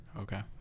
okay